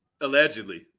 allegedly